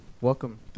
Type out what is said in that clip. Welcome